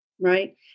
right